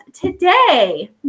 today